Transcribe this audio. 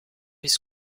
his